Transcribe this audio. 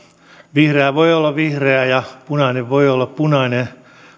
vihreä voi olla vihreä ja punainen voi olla punainen